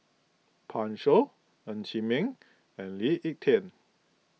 Pan Shou Ng Chee Meng and Lee Ek Tieng